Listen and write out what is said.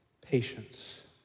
patience